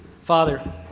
Father